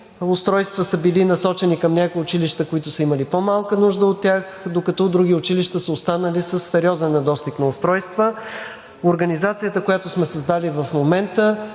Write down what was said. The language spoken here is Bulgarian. устройства са били насочени към някои училища, които са имали по-малка нужда от тях, докато други училища са останали със сериозен недостиг на устройства. Организацията, която сме създали в момента,